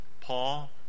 Paul